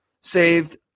saved